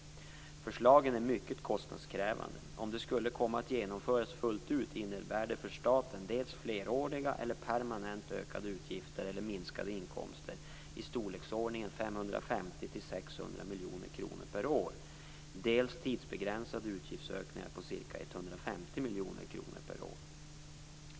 Förslagen är mycket kostnadskrävande. Om de skulle komma att genomföras fullt ut innebär det för staten dels fleråriga eller permanent ökade utgifter eller minskade inkomster i storleksordningen 550 600 miljoner kronor per år, dels tidsbegränsade utgiftsökningar på ca 150 miljoner kronor per år.